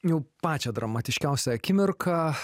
jau pačią dramatiškiausią akimirką